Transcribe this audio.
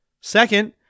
Second